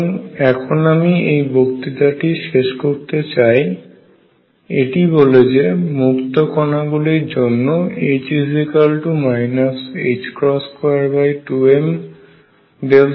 সুতরাং এখন আমি এই বক্তৃতাটি শেষ করতে চাই এটি বলে যে মুক্ত কনা গুলির জন্য H 22m2